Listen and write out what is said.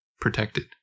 protected